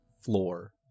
Floor